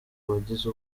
wagize